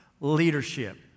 leadership